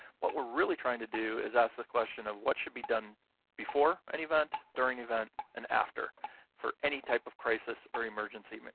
what we're really trying to do is ask the question of what should be done before an event, during an event, and after for any type of crisis or emergency.